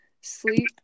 sleep